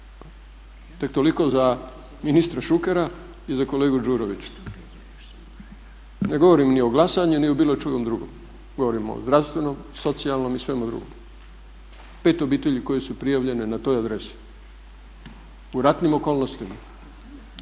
Tek toliko za ministra Šukera i za kolegu Đurovića. Ne govorim ni o glasanju ni o bilo čemu drugom, govorim o zdravstvenom, socijalnom i svemu drugom. Pet obitelji koje su prijavljene na toj adresi u ratnim okolnostima